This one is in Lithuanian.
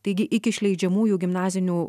taigi iki išleidžiamųjų gimnazinių